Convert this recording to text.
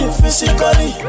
physically